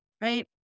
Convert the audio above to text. right